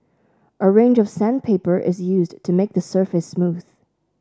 a range of sandpaper is used to make the surface smooth